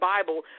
Bible